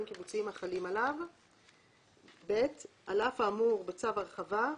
קיבוציים החלים עליו."; (ב) על אף האמור בצו הרחבה,